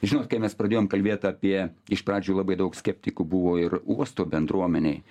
žinot kai mes pradėjom kalbėt apie iš pradžių labai daug skeptikų buvo ir uosto bendruomenėj